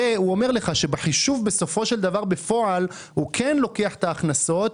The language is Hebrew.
הוא אומר שבחישוב בפועל הוא כן לוקח את ההכנסות,